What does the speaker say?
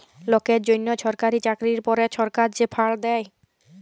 লকের জ্যনহ ছরকারি চাকরির পরে ছরকার যে ফাল্ড দ্যায়